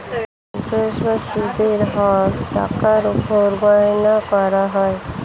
interest বা সুদের হার টাকার উপর গণনা করা হয়